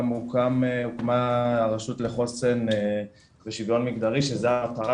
גם הוקמה הרשות לחוסן ושוויון מגדרי שזאת ההגדרה